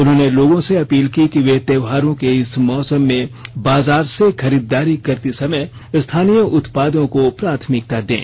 उन्होंने लोगों से अपील की कि वे त्यौहारों के इस मौसम में बाजार से खरीददारी करते समय स्थानीय उत्पादों को प्राथमिकता दें